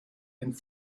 and